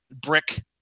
brick